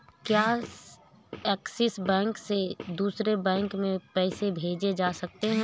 क्या Axis bank से दूसरे बैंक में पैसे भेजे जा सकता हैं?